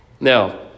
Now